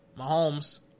Mahomes